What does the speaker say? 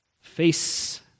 face